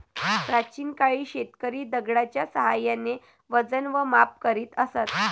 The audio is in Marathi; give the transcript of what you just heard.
प्राचीन काळी शेतकरी दगडाच्या साहाय्याने वजन व माप करीत असत